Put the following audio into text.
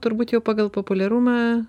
turbūt jau pagal populiarumą